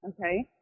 okay